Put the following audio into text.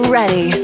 ready